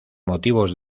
motivos